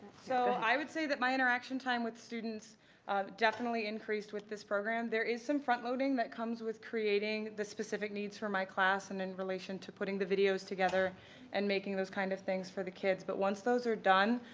so, i would say that my interaction time with students definitely increased with this program. there is some front loading that comes with creating the specific needs for my class and in relation to putting the videos together and making those kind of things for the kids, but once those are done,